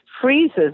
freezes